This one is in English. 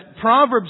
Proverbs